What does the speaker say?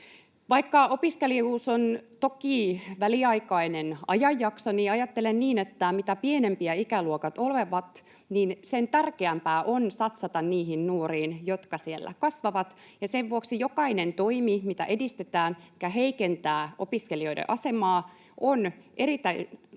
Vaikka opiskelijuus on toki väliaikainen ajanjakso, ajattelen niin, että mitä pienempiä ikäluokat ovat, sitä tärkeämpää on satsata niihin nuoriin, jotka siellä kasvavat, ja sen vuoksi jokainen toimi, mitä edistetään, mikä heikentää opiskelijoiden asemaa, on erityisen